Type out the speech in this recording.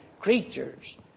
creatures